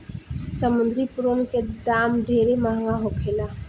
समुंद्री प्रोन के दाम ढेरे महंगा होखेला